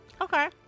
Okay